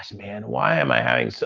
man, why am i having. so